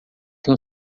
tem